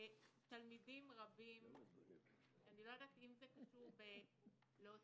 תלמידים רבים אני לא יודעת אם זה קשור להוצאת